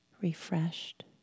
refreshed